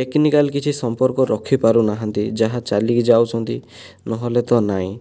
technical କିଛି ସମ୍ପର୍କ ରଖିପାରୁନାହାନ୍ତି ଯାହା ଚାଲିକି ଯାଉଛନ୍ତି ନହେଲେ ତ ନାଇଁ